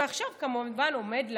ועכשיו כמובן עומד להיות,